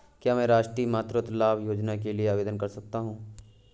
क्या मैं राष्ट्रीय मातृत्व लाभ योजना के लिए आवेदन कर सकता हूँ?